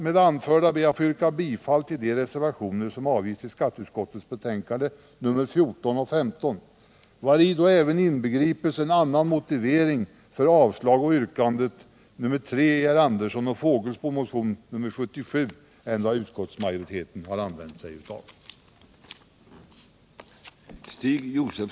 Med det anförda ber jag att få yrka bifall till de reservationer som avgivits till skatteutskottets betänkanden nr 14 och 15, vari då även inbegripes en annan motivering för avslag av yrkande 3 i herrar Anderssons och Fågelsbos motion nr 77 än vad utskottsmajoriteten använt sig av.